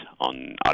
on